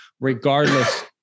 regardless